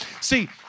See